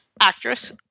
actress